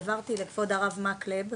העברתי לכבוד הרב מקלב,